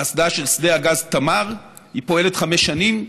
האסדה של שדה הגז תמר, היא פועלת חמש שנים.